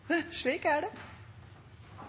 slik at det er